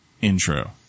intro